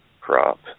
crop